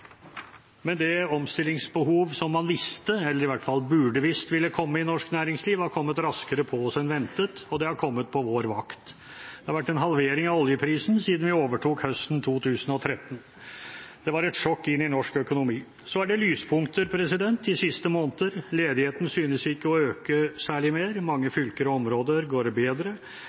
men det omstillingsbehov som man visste – eller i hvert fall burde visst – ville komme i norsk næringsliv, har kommet raskere på oss enn ventet, og det har kommet på vår vakt. Det har vært en halvering av oljeprisen siden vi overtok høsten 2013. Det var et sjokk inn i norsk økonomi. Så er det lyspunkter de siste måneder: Ledigheten synes ikke å øke særlig mer. I mange fylker og områder går det bedre,